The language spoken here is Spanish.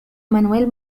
manuel